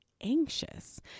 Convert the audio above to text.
anxious